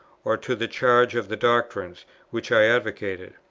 or to the charge of the doctrines which i advocated.